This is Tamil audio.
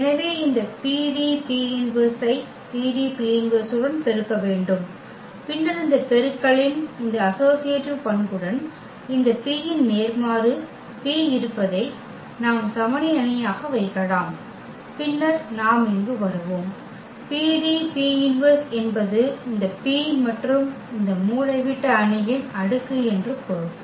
எனவே இந்த PDP−1 ஐ PDP−1 உடன் பெருக்க வேண்டும் பின்னர் இந்த பெருக்கலின் இந்த அசோசியேட்டிவ் பண்புடன் இந்த P ன் நேர்மாறு P இருப்பதை நாம் சமனி அணியாக வைக்கலாம் பின்னர் நாம் இங்கு வருவோம் PDP−1 என்பது இந்த P மற்றும் இந்த மூலைவிட்ட அணியின் அடுக்கு என்று பொருள்